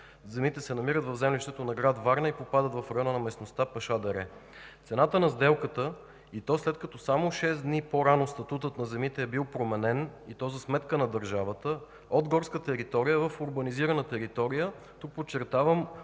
Земите се намират в землището на град Варна и попадат в района на местността „Паша дере”. Цената на сделката и то след като само шест дни по-рано статутът на земите е бил променен, и то за сметка на държавата – от горска територия в урбанизирана територия, тук подчертавам,